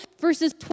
verses